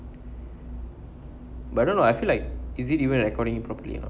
but I don't know I feel like is it even recording properly or not